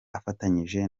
afatanyije